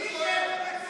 משה, אתה פשוט טועה.